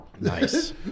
nice